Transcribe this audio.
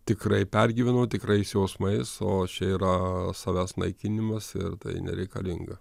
tikrai pergyvenau tikrais jausmais o čia yra savęs naikinimas ir tai nereikalinga